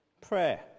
Prayer